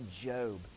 Job